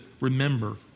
remember